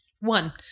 One